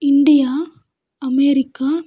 India America